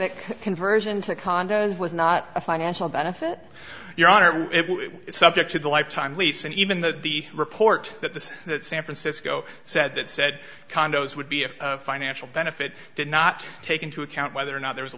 that conversion to condos was not a financial benefit your honor it's subject to the lifetime lease and even though the report that the san francisco said that said condos would be a financial benefit did not take into account whether or not there was a